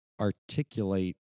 articulate